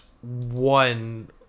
one